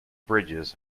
bridges